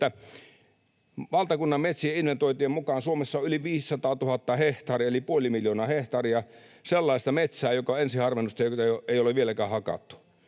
että valtakunnan metsien inventointien mukaan Suomessa on yli 500 000 hehtaaria eli puoli miljoonaa hehtaaria sellaista metsää, jonka ensiharvennusta ei ole vieläkään hakattu.